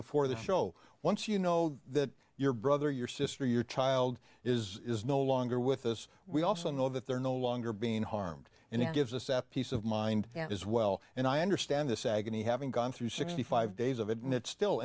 before the show once you know that your brother your sister your child is no longer with us we also know that they're no longer being harmed and it gives a step peace of mind as well and i understand this agony having gone through sixty five days of it and it still